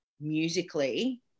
musically